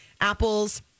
apples